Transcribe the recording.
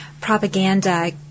propaganda